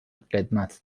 قدمت